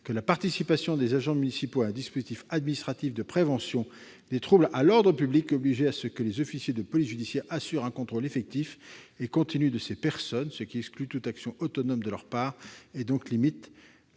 que la participation des agents municipaux à un dispositif administratif de prévention des troubles à l'ordre public obligeait à ce que les officiers de police judiciaire assurent un contrôle effectif et continu sur ces personnes, ce qui exclut toute action autonome de leur part et donc limite